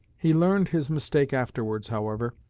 he learned his mistake afterwards, however,